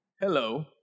Hello